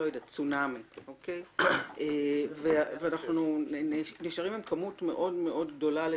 צונאמי או משהו כזה ואנחנו נשארים עם כמות מאוד גדולה של